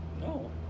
No